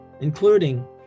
including